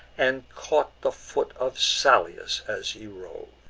and caught the foot of salius as he rose.